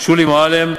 שולי מועלם,